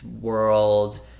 world